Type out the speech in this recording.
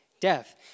death